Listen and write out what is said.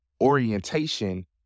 orientation